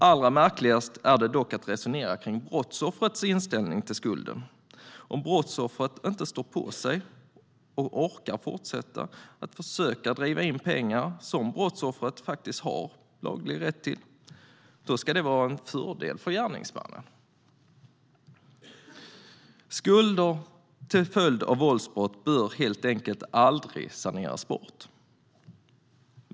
Allra märkligast är resonemanget om brottsoffrets inställning till skulden. Om brottsoffret inte står på sig och orkar fortsätta att försöka driva in pengar som brottsoffret faktiskt har laglig rätt till ska det vara en fördel för gärningsmannen. Skulder till följd av våldsbrott bör helt enkelt aldrig saneras bort.